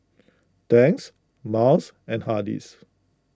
Tangs Miles and Hardy's